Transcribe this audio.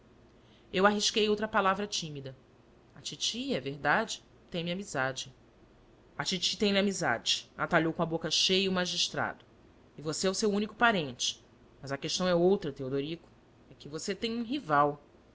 eu arrisquei outra palavra tímida a titi é verdade tem-me amizade a titi tem-lhe amizade atalhou com a boca cheia o magistrado e você é o seu único parente mas a questão é outra teodorico e que você tem um rival